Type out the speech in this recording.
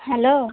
hello